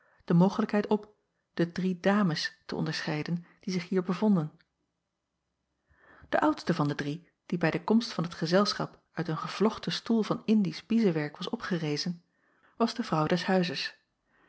de mogelijkheid op de drie dames te onderscheiden die zich hier bevonden de oudste van de drie die bij de komst van het gezelschap uit een gevlochten stoel van indisch biezewerk was opgerezen was de vrouw des huizes